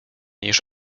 niż